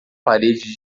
parede